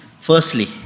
firstly